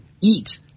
eat